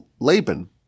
Laban